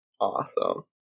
Awesome